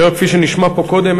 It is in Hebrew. זה לא כפי שנשמע פה קודם.